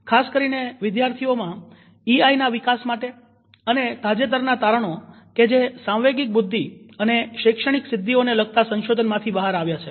ખાસ કરીને વિદ્યાર્થીઓમાં ઈઆઈ ના વિકાસ માટે અને તાજેતરના તારણો કે જે સાંવેગિક બુદ્ધિ અને શૈક્ષણિક સિદ્ધિઓને લગતા સંશોધનમાંથી બહાર આવ્યા છે